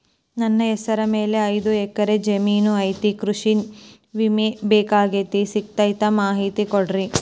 ನನ್ನ ಹೆಸರ ಮ್ಯಾಲೆ ಐದು ಎಕರೆ ಜಮೇನು ಐತಿ ಕೃಷಿ ವಿಮೆ ಬೇಕಾಗೈತಿ ಸಿಗ್ತೈತಾ ಮಾಹಿತಿ ಕೊಡ್ರಿ?